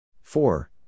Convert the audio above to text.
Four